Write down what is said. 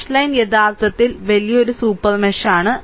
dash line യഥാർത്ഥത്തിൽ വലിയ super മെഷാണ്